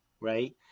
right